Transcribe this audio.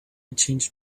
changed